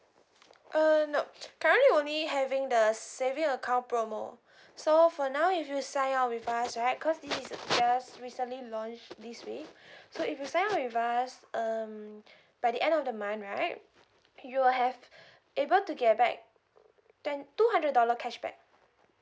uh nope currently only having the saving account promo so for now if you sign up with us right cause this is just recently launched this week so if you sign up with us um by the end of the month right you will have able to get back ten two hundred dollar cashback